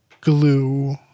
glue